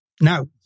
Now